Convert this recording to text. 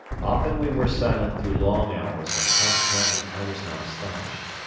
often we were silent through long hours and consequently i was not astonished.